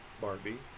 Barbie